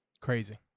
Crazy